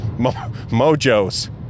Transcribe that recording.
Mojo's